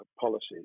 policies